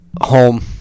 Home